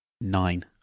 Nine